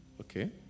Okay